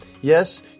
Yes